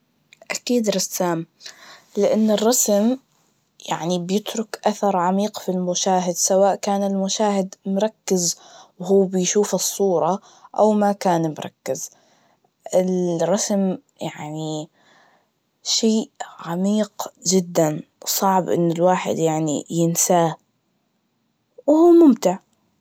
أكيد رسام, لأن الرسم يعني بيترك أثر عميق في المشاهد, سواء كان المشاهد ممركز وهو بيشوف الصورة, أو ما كان مركز, ال- رسم يعني شئ عميق جداً, صعب إن الواحد يعني ينساه, وهو ممتع.